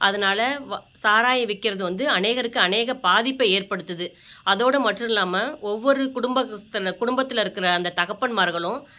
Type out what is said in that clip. அதனால் வ சாராயம் விற்கிறது வந்து அநேகருக்கு அநேக பாதிப்பை ஏற்படுத்துது அதோடு மற்றுல்லாமல் ஒவ்வொரு குடும்பத்துல குடும்பத்தில் இருக்கிற அந்த தகப்பன்மார்களும்